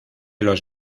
los